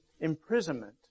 imprisonment